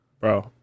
Bro